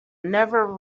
never